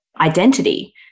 identity